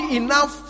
enough